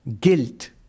Guilt